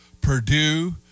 Purdue